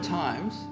times